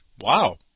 Wow